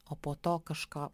o po to kažką